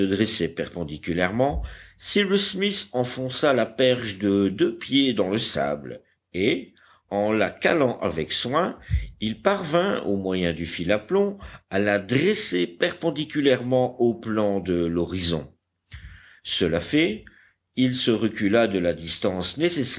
perpendiculairement cyrus smith enfonça la perche de deux pieds dans le sable et en la calant avec soin il parvint au moyen du fil à plomb à la dresser perpendiculairement au plan de l'horizon cela fait il se recula de la distance nécessaire